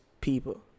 people